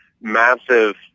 massive